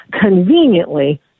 conveniently